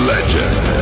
Legend